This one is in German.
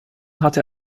hatte